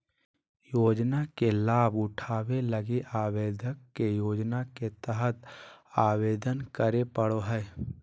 योजना के लाभ उठावे लगी आवेदक के योजना के तहत आवेदन करे पड़ो हइ